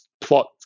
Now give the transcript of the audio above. plot